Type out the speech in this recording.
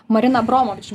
marina abromovič